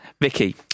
Vicky